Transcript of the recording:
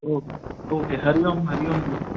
okay okay Hari Om Hari Om दीदी